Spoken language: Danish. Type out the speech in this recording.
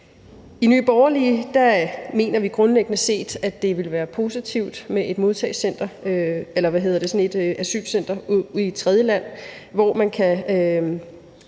I Nye Borgerlige mener vi grundlæggende set, at det ville være positivt med et asylcenter i tredjeland, hvor man